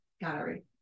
gallery